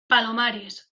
palomares